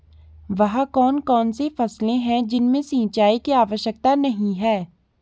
वह कौन कौन सी फसलें हैं जिनमें सिंचाई की आवश्यकता नहीं है?